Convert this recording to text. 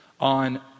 on